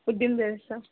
ಉದ್ದಿನ ಬೆಳೆ ಸರ್